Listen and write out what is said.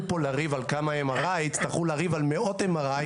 לריב פה על כמה MRI. יצטרכו לריב על מאות MRI,